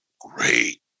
great